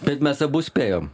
bet mes abu spėjom